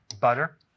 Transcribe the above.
butter